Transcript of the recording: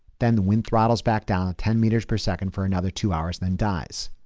then the wind throttles back down ten meters per second for another two hours then dies.